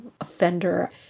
offender